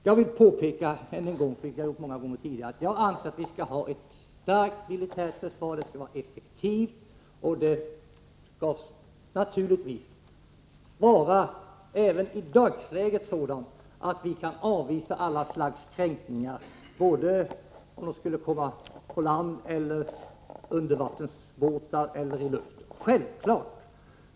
Jag vill påpeka än en gång, vilket jag gjort många gånger tidigare, att jag anser att vi skall ha ett starkt militärt försvar som också är effektivt och som naturligtvis även i dagsläget innebär att vi kan avvisa alla slags kränkningar, oavsett om det är på land, under vatten eller i luften. Det är självklart.